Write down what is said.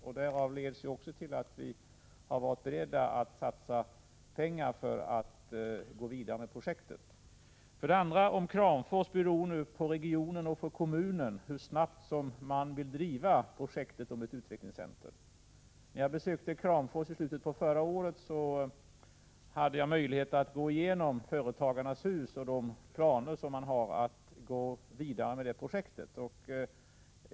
Vi har också varit beredda att satsa pengar för att gå vidare med det projektet. I fråga om Kramfors beror det nu på regionen och kommunen hur snabbt de vill driva projektet om ett utvecklingscentrum. När jag besökte Kramfors i slutet av förra året hade jag möjlighet att gå igenom företagarnas hus och de planer som man har att gå vidare med detta projekt.